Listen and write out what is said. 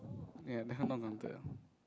ya that one not counted ah